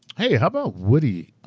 hey, how about woody,